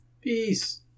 Peace